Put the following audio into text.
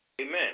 Amen